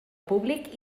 públic